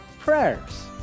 prayers